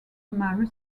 mary